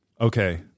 Okay